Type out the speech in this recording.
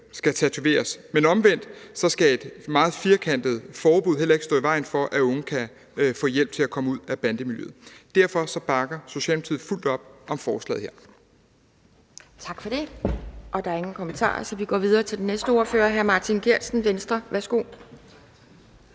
skal tatoveres, men omvendt skal et meget firkantet forbud heller ikke stå i vejen for, at unge kan få hjælp til at komme ud af bandemiljøet. Derfor bakker Socialdemokratiet fuldt ud op om forslaget her. Kl. 10:03 Anden næstformand (Pia Kjærsgaard): Tak for det. Der er ingen kommentarer, så vi går videre til den næste ordfører. Hr. Martin Geertsen, Venstre. Værsgo.